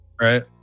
Right